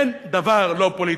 אין דבר לא פוליטי.